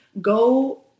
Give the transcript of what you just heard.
go